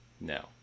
No